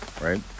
Right